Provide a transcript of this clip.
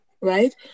right